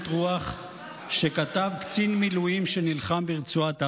רוח שכתב קצין מילואים שנלחם ברצועת עזה,